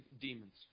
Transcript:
demons